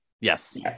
yes